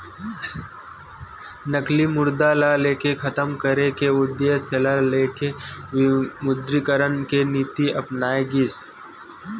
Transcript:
नकली मुद्रा ल खतम करे के उद्देश्य ल लेके विमुद्रीकरन के नीति अपनाए गिस